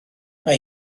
mae